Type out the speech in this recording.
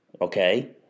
Okay